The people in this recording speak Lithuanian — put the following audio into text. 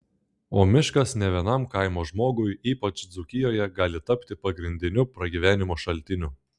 o miškas ne vienam kaimo žmogui ypač dzūkijoje gali tapti pagrindiniu pragyvenimo šaltiniu